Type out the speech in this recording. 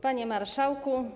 Panie Marszałku!